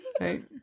Right